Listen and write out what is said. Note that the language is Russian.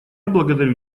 благодарю